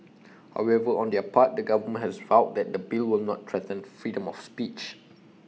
however on their part the government has vowed that the bill will not threaten freedom of speech